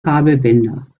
kabelbinder